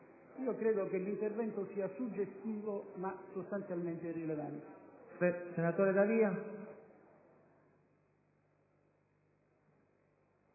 Credo che l'intervento sia suggestivo, ma sostanzialmente irrilevante.